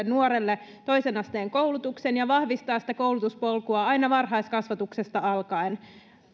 nuorelle toisen asteen koulutuksen ja vahvistaa sitä koulutuspolkua aina varhaiskasvatuksesta alkaen